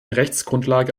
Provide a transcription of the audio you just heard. rechtsgrundlage